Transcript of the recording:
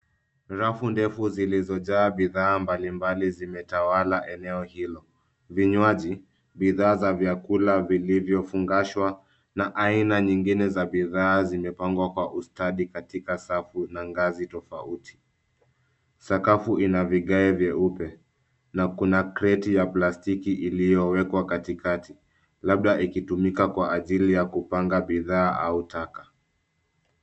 Rafu ndefu zilizojaa bidhaa mbalimbali zimetawala eneo hilo. Vinywaji, bidhaa za vyakula vilivyofungashwa na aina nyingine za bidhaa zimepangwa kwa ustadi katika safu na ngazi tofauti. Sakafu ina vigae vyeupe na kuna kreti ya plastiki iliyowekwa katikati labda ikitumika kwa ajili ya kupanga bidhaa au taka.